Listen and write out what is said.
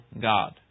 God